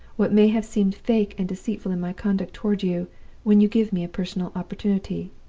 what may have seemed fake and deceitful in my conduct toward you when you give me a personal opportunity